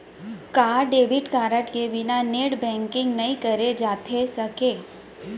का debit card के बिना नेट बैंकिंग नई करे जाथे सके?